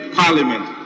parliament